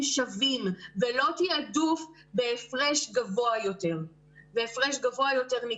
שווים ולא תעדוף בהפרש ניכר גבוה יותר.